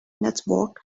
network